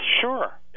Sure